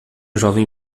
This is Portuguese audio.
jovem